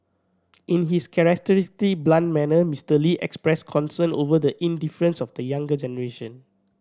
in his characteristically blunt manner Mister Lee expressed concern over the indifference of the younger generation